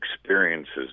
experiences